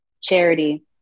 Charity